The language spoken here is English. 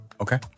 okay